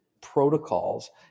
protocols